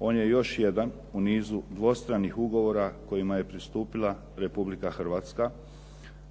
On je još jedan u nizu dvostranih ugovora kojima je pristupila Republika Hrvatska,